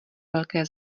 velké